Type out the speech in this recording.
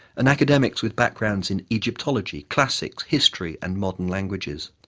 and academics with backgrounds in egyptology, classics, history and modern languages.